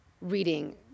reading